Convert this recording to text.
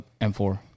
M4